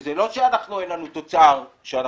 וזה לא שאין לנו תוצר, אנחנו